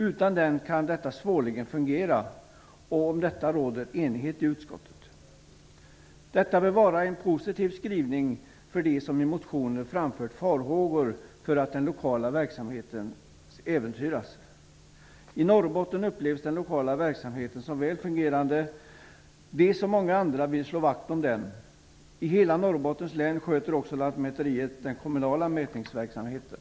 Utan den kan detta svårligen fungera. Om detta råder enighet i utskottet. Detta bör vara en positiv skrivning för dem som i motioner framfört farhågor för att den lokala verksamheten skall äventyras. I Norrbotten upplevs den lokala verksamheten som väl fungerande. Man vill, som många andra, slå vakt om den. I hela Norrbottens län sköter också lantmäteriet den kommunala mätningsverksamheten.